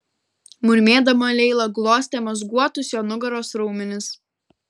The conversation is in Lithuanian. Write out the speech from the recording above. murmėdama leila glostė mazguotus jo nugaros raumenis